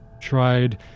tried